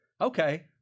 Okay